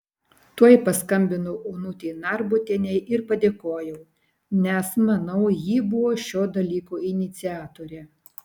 tuoj paskambinau onutei narbutienei ir padėkojau nes manau ji buvo šio dalyko iniciatorė